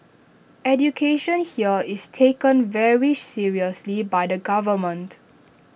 education here is taken very seriously by the government